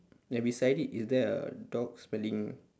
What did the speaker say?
then beside it is there a dog smelling